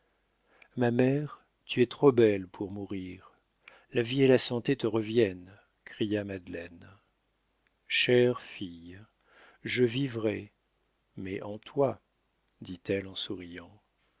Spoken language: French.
ma mère tu es trop belle pour mourir la vie et la santé te reviennent cria madeleine chère fille je vivrai mais en toi dit-elle en souriant